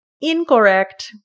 Incorrect